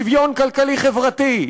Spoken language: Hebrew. שוויון כלכלי חברתי.